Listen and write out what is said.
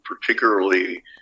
particularly